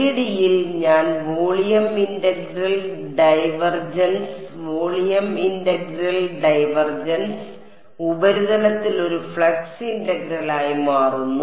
3D യിൽ ഞാൻ volume integral divergence volume integral divergence ഉപരിതലത്തിൽ ഒരു ഫ്ലക്സ് ഇന്റഗ്രൽ ആയി മാറുന്നു